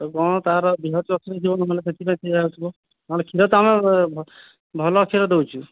ଅ କ'ଣ ତାର ଦେହ କିଛି ଅସୁବିଧା ଥିବ ନହେଲେ ସେଥିପାଇଁ ସେହିଆ ହଉଥିବ ନହେଲେ କ୍ଷୀର ତ ଆମର ଭ ଭଲ କ୍ଷୀର ଦେଉଛୁ